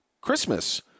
Christmas